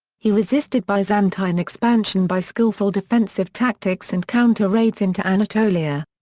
he resisted byzantine expansion by skillful defensive tactics and counter-raids into anatolia.